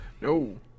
No